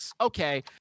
Okay